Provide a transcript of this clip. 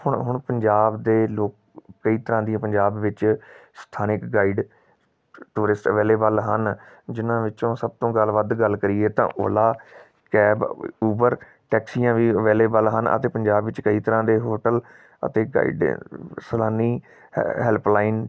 ਹੁਣ ਹੁਣ ਪੰਜਾਬ ਦੇ ਲੋਕ ਕਈ ਤਰ੍ਹਾਂ ਦੀਆਂ ਪੰਜਾਬ ਵਿੱਚ ਸਥਾਨਕ ਗਾਈਡ ਟੂਰਿਸਟ ਅਵੇਲੇਬਲ ਹਨ ਜਿਨ੍ਹਾਂ ਵਿੱਚੋਂ ਸਭ ਤੋਂ ਗੱਲ ਵੱਧ ਗੱਲ ਕਰੀਏ ਤਾਂ ਓਲਾ ਕੈਬ ਊਬਰ ਟੈਕਸੀਆਂ ਵੀ ਅਵੇਲੇਬਲ ਹਨ ਅਤੇ ਪੰਜਾਬ ਵਿੱਚ ਕਈ ਤਰ੍ਹਾਂ ਦੇ ਹੋਟਲ ਅਤੇ ਗਾਈਡੈ ਸੈਲਾਨੀ ਹੈ ਹੈਲਪਲਾਈਨ